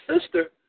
sister